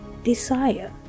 desire